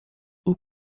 eaux